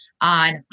on